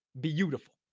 beautiful